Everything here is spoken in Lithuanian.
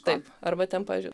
taip arba ten pavyzdžiui